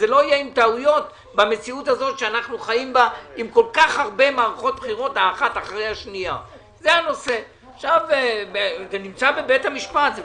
עם כל הכבוד שזה נמצא בבית המשפט,